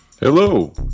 hello